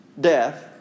death